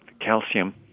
calcium